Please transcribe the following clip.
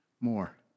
more